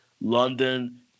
London